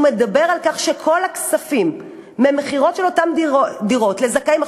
הוא מדבר על כך שכל הכספים מהמכירות של אותן דירות לזכאים,